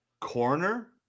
corner